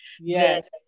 yes